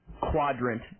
quadrant